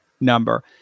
number